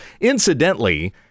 Incidentally